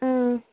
ꯎꯝ